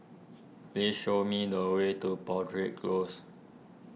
please show me the way to Broadrick Close